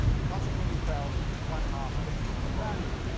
and consequently fell to one half of its former value.